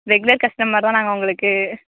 regular customer தான் நாங்கள் உங்களுக்கு